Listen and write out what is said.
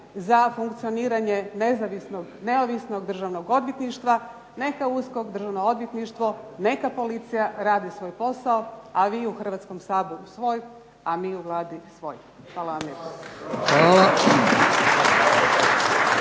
za funkcioniranje nezavisnog neovisnog državnog odvjetništva, neka USKOK, Državno odvjetništvo neka policija radi svoj posao a vi u Hrvatskom saboru svoj a mi u Vladi svoj. Hvala vam